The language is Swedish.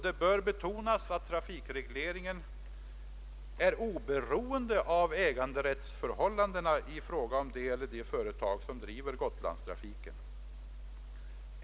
Det bör betonas att trafikregleringen är oberoende av äganderättsförhållandena i fråga om det eller de företag som driver Gotlandstrafiken.